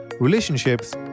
relationships